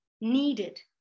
needed